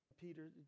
Peter